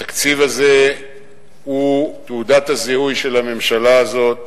התקציב הזה הוא תעודת הזיהוי של הממשלה הזאת,